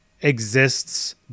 exists